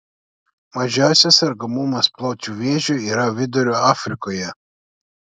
mažiausias sergamumas plaučių vėžiu yra vidurio afrikoje